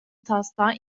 taslağı